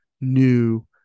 new